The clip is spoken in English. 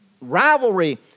rivalry